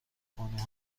خونه